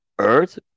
Earth